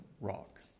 rock